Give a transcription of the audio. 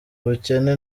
ubukene